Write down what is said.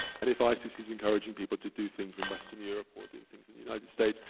and if isis is encouraging people to do things in western europe, or doing things in the united states,